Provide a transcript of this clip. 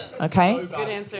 Okay